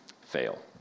fail